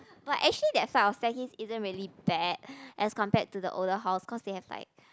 but actually the side of staircase isn't really bad as compared to the older house cause they have like